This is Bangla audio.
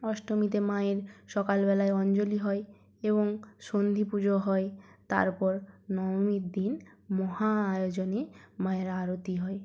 অষ্টমীতে মায়ের সকালবেলায় অঞ্জলি হয় এবং সন্ধি পুজো হয় তারপর নবমীর দিন মহা আয়োজনে মায়ের আরতি হয়